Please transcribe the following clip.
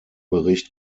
bericht